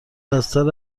بستر